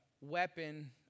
weapon